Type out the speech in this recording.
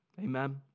Amen